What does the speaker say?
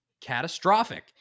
catastrophic